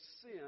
sin